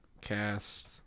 cast